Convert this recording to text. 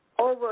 over